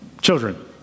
children